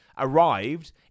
arrived